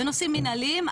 בנושאים מינהליים,